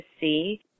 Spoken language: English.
see